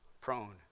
prone